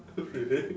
oh really